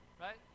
right